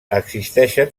existeixen